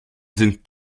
sind